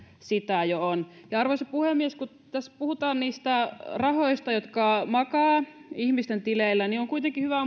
sitä jo on arvoisa puhemies kun tässä puhutaan niistä rahoista jotka makaavat ihmisten tileillä niin on kuitenkin hyvä